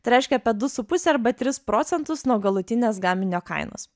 tai reiškia apie du su puse arba tris procentus nuo galutinės gaminio kainos